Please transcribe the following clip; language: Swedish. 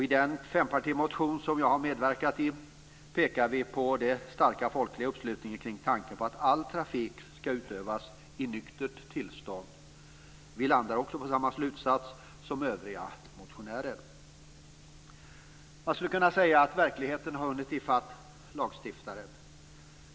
I den fempartimotion som jag har medverkat i pekar vi på den starka folkliga uppslutningen kring tanken på att all trafik skall utövas i nyktert tillstånd. Vi landar också på samma slutsats som övriga motionärer. Man skulle kunna säga att verkligheten har hunnit i fatt lagstiftaren.